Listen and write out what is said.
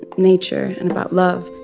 nature and about love